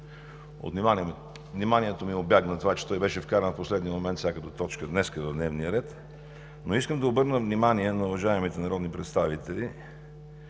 вниманието ми убягна това, че той беше вкаран в последния момент като точка в дневния ред. Искам да обърна внимание на уважаемите народни представители,